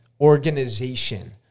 organization